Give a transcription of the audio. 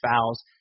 fouls